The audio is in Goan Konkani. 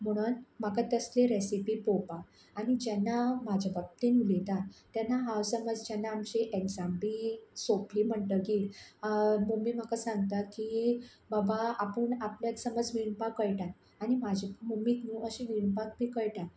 म्हुणून म्हाका तसली रॅसिपी पळोवपा आनी जेन्ना हांव म्हजे बाबतीन उलयतां तेन्ना हांव समज जेन्ना आमची एग्जाम बी सोंपली म्हणटगीर मोम्मी म्हाका सांगता की बाबा आपूण आपल्याक समज विणपाक कळटा आनी म्हजे मोम्मीक न्हू अशें विणपाक बी कळटा